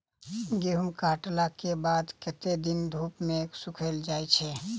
गहूम कटला केँ बाद कत्ते दिन धूप मे सूखैल जाय छै?